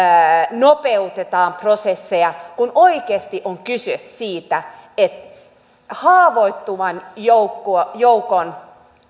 nopeutetaan prosesseja kun oikeasti on kyse siitä että haavoittuvan joukon